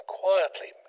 quietly